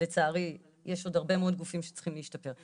לצערי יש עוד הרבה מאוד גופים שצריכים להשתפר.